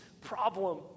problem